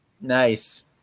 Nice